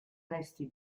resti